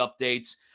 updates